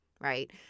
right